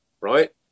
Right